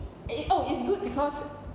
eh oh it's good because